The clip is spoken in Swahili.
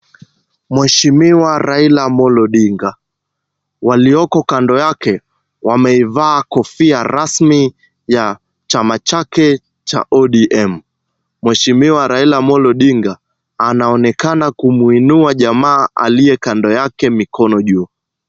Mheshiwa Raila Amolo Odinga. Walioko kando yake, wameivaa kofia rasmi ya chama chake cha ODM. Mheshimiwa Raila Amolo Odinga anaonekana kumuinua jamaa aliye kando yake mikono juu.